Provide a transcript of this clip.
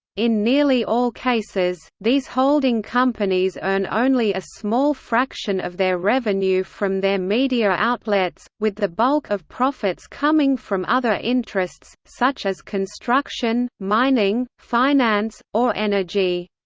in nearly all cases, these holding companies earn only a small fraction of their revenue from their media outlets, with the bulk of profits coming from other interests, such as construction, mining, finance, or energy.